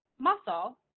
muscle